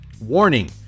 warning